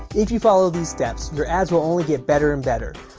if you follow these steps, your ads will only get better and better.